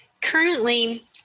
Currently